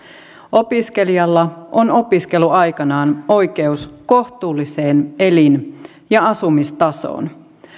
opiskelijalla on opiskeluaikanaan oikeus kohtuulliseen elin ja asumistasoon